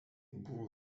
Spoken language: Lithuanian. buvo